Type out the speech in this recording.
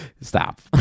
Stop